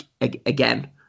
again